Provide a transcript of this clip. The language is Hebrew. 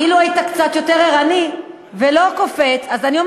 אילו היית קצת יותר ערני ולא קופץ, את ערנית.